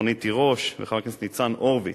חברת הכנסת רונית תירוש וחבר הכנסת ניצן הורוביץ.